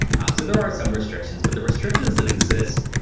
um so there are some restrictions, but the restrictions that exist